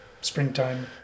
springtime